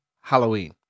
Halloween